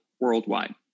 worldwide